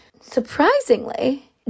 surprisingly